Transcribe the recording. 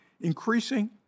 increasing